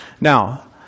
Now